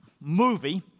movie